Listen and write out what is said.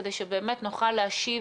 כדי שבאמת נוכל להשיב